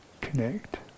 connect